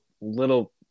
little